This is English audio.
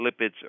lipids